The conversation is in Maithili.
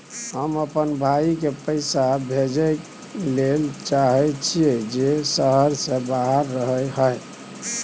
हम अपन भाई के पैसा भेजय ले चाहय छियै जे शहर से बाहर रहय हय